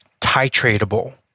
titratable